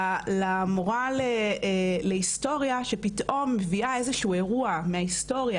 למורה להיסטוריה שפתאום מביאה איזה שהוא אירוע מההיסטוריה,